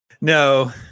No